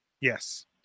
Yes